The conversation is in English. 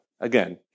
again